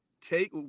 take –